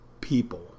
people